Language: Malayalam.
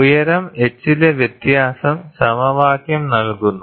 ഉയരം h ലെ വ്യത്യാസം സമവാക്യം നൽകുന്നു